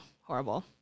horrible